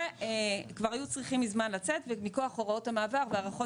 וכבר היו צריכים מזמן לצאת מכח הוראות המעבר וההארכות